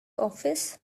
office